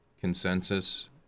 consensus